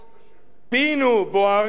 בינו בוערים בעם,